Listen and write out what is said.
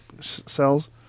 cells